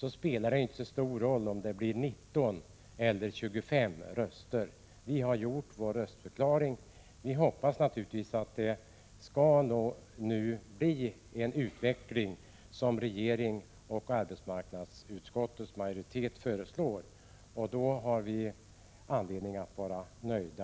jag säga, att det inte spelar så stor roll om det blir 19 eller 25 röster. Vi har avgivit vår röstförklaring. Vi hoppas naturligtvis att det nu skall bli en sådan utveckling som regeringen och arbetsmarknadsutskottets majoritet föreslår. Blir så fallet har vi anledning att vara nöjda.